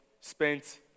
spent